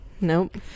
Nope